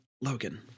Logan